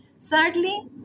Thirdly